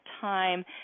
time